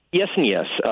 yes and yes.